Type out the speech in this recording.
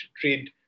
trade